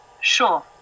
Sure